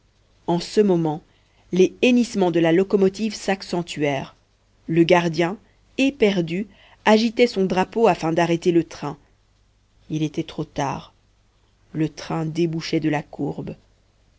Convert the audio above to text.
en ce moment les hennissements de la locomotive s'accentuèrent le gardien éperdu agitait son drapeau afin d'arrêter le train il était trop tard le train débouchait de la courbe